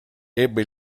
ebbe